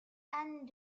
anne